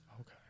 Okay